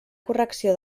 correcció